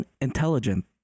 intelligent